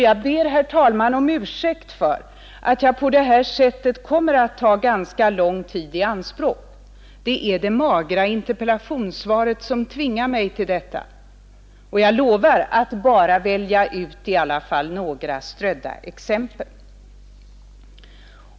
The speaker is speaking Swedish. Jag ber herr talmannen om ursäkt för att jag på det här sättet kommer att ta ganska lång tid i anspråk, men det är det magra interpellationssvaret som tvingar mig till detta, och jag lovar i alla fall att bara välja ut några spridda exempel.